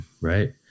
Right